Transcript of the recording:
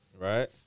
Right